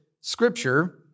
scripture